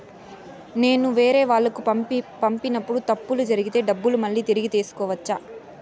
నేను వేరేవాళ్లకు పంపినప్పుడు తప్పులు జరిగితే డబ్బులు మళ్ళీ తిరిగి తీసుకోవచ్చా?